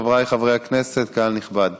חבריי חברי הכנסת, קהל נכבד,